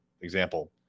example